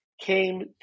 came